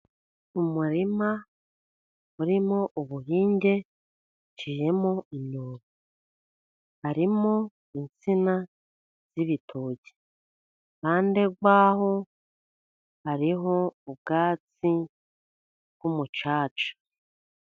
Umurima urimo ubuhinge uciyemo imyobo, harimo insina z'ibitoki, impande yawo hariho ubwatsi bw'umucaca.